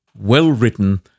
well-written